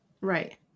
right